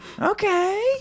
Okay